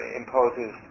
imposes